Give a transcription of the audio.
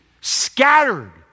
scattered